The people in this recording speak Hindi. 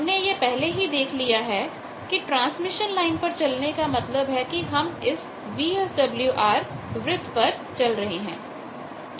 हमने यह पहले ही देख लिया है कि ट्रांसमिशन लाइन पर चलने का मतलब है कि हम इस VSWRवृत्त पर चल रहे हैं